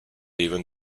even